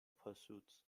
pursuits